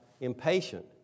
impatient